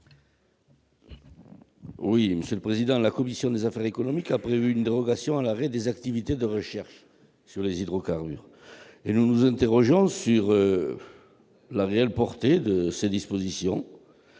n° 59 rectifié . La commission des affaires économiques a prévu une dérogation à l'arrêt des activités de recherche sur les hydrocarbures. Nous nous interrogeons sur la réelle portée de ces dispositions.